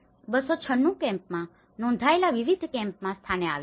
296 કેમ્પમાં નોંધાયેલા વિવિધ કેમ્પમાં સ્થાને આવ્યા છે